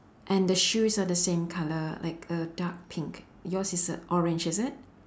and the shoes are the same colour like a dark pink yours is a orange is it